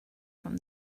from